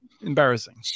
embarrassing